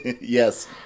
Yes